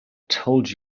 told